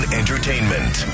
entertainment